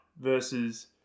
versus